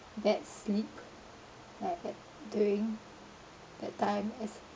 bad sleep like tha~ during that time as